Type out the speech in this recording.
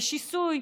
ושיסוי.